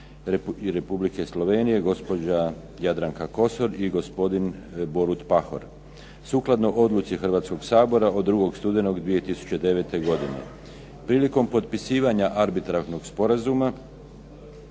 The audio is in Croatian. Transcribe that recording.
Republike Slovenije gospođa Jadranka Kosor i gospodin Borut Pahor, sukladno odluci Hrvatskog sabora od 2. studenog 2009. godine. Prilikom potpisivanja arbitražnog sporazuma